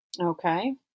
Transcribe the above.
Okay